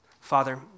Father